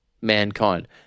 mankind